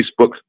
Facebook